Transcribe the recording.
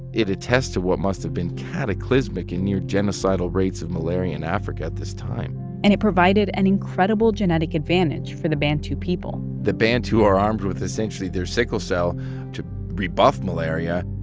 it attests to what must have been cataclysmic in near-genocidal rates of malaria in africa at this time and it provided an incredible genetic advantage for the bantu people the bantu are armed with, essentially, their sickle cell to rebuff malaria